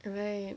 !haiya!